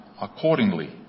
accordingly